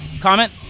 Comment